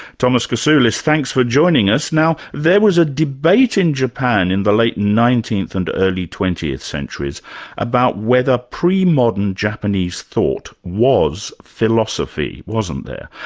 thomas kasulis, thanks for joining us. now there was a debate in japan in the late nineteenth and early twentieth centuries about whether pre-modern japanese thought was philosophy, wasn't there?